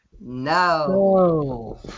no